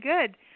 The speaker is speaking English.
good